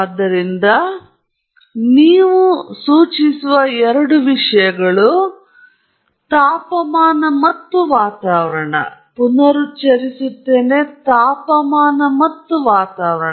ಆದ್ದರಿಂದ ನೀವು ಸೂಚಿಸುವ ಎರಡು ವಿಷಯಗಳು ತಾಪಮಾನ ಮತ್ತು ವಾತಾವರಣ